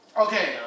Okay